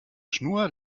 schnur